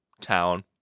town